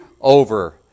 over